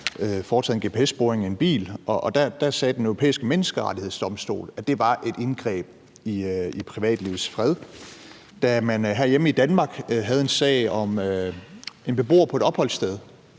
foretaget en gps-sporing af en bil, og der sagde Den Europæiske Menneskerettighedsdomstol, at det var et indgreb i privatlivets fred. Da man herhjemme i Danmark havde en sag om en beboer på et opholdssted,